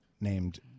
named